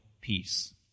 peace